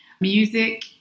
music